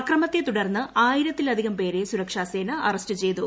അക്രമത്ത്തിൽ ട്ർന്ന് ആയിരത്തിലധികം പേരെ സുരക്ഷാസേന അറസ്റ്റ് ചെയ്തു